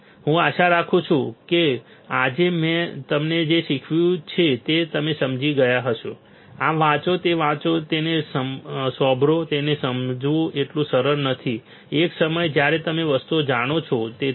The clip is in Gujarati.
તેથી હું આશા રાખું છું કે મેં આજે તમને જે શીખવ્યું છે તે તમે સમજી ગયા હશો આ વાંચો તે વાંચો તેને સાંભળો તેને સમજવું એટલું સરળ નથી એક સમયે જ્યારે તમે વસ્તુઓ જાણો છો